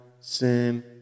sin